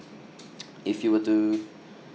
if you were to